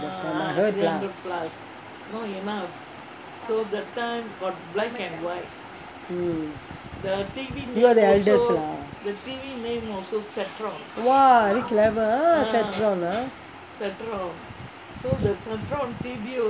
I heard lah you are the eldest lah !wah! big level